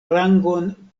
rangon